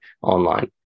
online